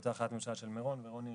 באותה החלטת ממשלה של מירון, ורוני